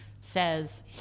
says